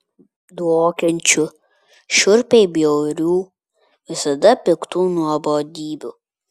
dvokiančių šiurpiai bjaurių visada piktų nuobodybių